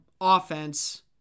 offense